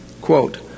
Quote